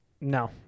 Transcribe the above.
no